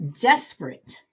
desperate